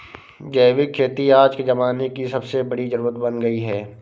जैविक खेती आज के ज़माने की सबसे बड़ी जरुरत बन गयी है